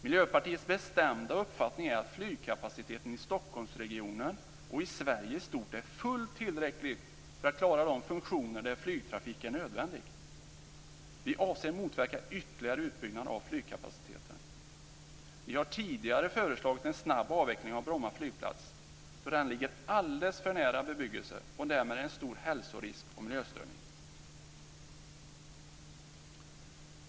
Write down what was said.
Miljöpartiets bestämda uppfattning är att flygkapaciteten i Stockholmsregionen och i Sverige i stort är fullt tillräcklig för att klara de funktioner där flygtrafik är nödvändig. Vi avser motverka ytterligare utbyggnad av flygkapaciteten. Vi har tidigare föreslagit en snabb avveckling av Bromma flygplats, då den ligger alldeles för nära bebyggelse och därmed är en stor hälsorisk och miljöstörning.